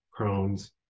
Crohn's